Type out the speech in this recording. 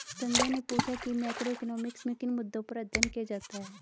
संध्या ने पूछा कि मैक्रोइकॉनॉमिक्स में किन मुद्दों पर अध्ययन किया जाता है